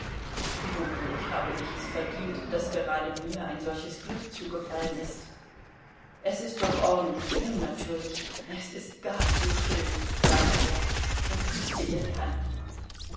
wodurch habe ich es verdient daß gerade mir ein solches glück zugefallen ist es ist doch ordentlich unnatürlich es ist gar zu schön sagte er und küßte ihr die hand